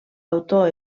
autor